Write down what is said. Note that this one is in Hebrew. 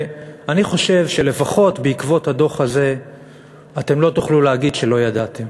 אני חושב שלפחות בעקבות הדוח הזה אתם לא תוכלו להגיד שלא ידעתם,